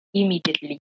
immediately